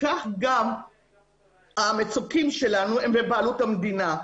כך גם המצוקים שלנו שהם בבעלות המדינה.